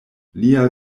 lia